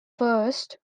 first